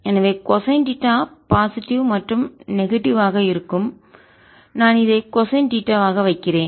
எனவே cosine theta positive நேர்மறை மற்றும் நெகட்டிவ் எதிர்மறை யாக இருக்கும் எனவே நான் அதை கொசைன் தீட்டா ஆக வைக்கிறேன்